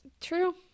True